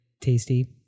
tasty